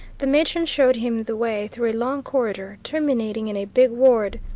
the matron showed him the way through a long corridor, terminating in a big ward.